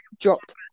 dropped